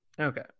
okay